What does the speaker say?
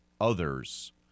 others